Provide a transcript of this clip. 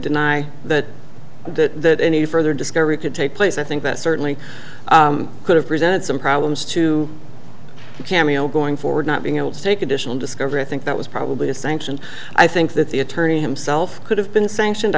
deny that that any further discovery could take place i think that certainly could have presented some problems to cameo going forward not being able to take additional discovery i think that was probably a sanction i think that the attorney himself could have been sanctioned